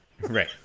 Right